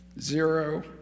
Zero